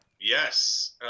Yes